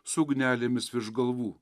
su ugnelėmis virš galvų